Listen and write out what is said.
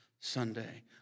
Sunday